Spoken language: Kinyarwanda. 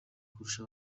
kurusha